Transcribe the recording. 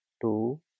two